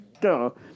go